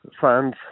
fans